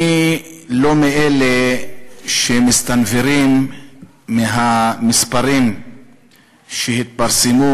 אני לא מאלה שמסתנוורים מהמספרים שהתפרסמו